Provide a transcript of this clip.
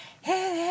hey